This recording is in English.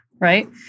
right